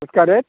उसका रेट